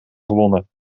gewonnen